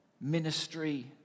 ministry